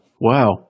wow